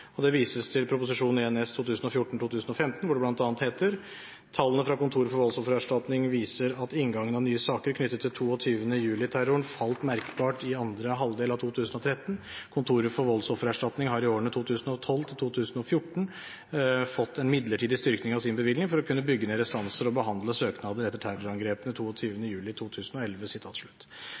og det vises til Prop. 1 S for 2014–2015, hvor det bl.a. heter: «Tallene fra Kontoret for voldsoffererstatning viser at inngangen av nye saker knyttet til 22. juli-terroren falt merkbart i andre halvdel av 2013. Kontoret for voldsoffererstatning har i årene 2012–2014 fått en midlertidig styrking av sin bevilgning for å kunne bygge ned restanser og behandle søknader etter terrorangrepene